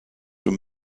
were